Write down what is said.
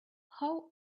how